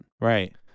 right